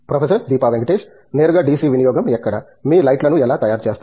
professor Deepa Venkatesh నేరుగా DC వినియోగం ఎక్కడ మీ లైట్లను ఎలా తయారు చేస్తారు